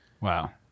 Wow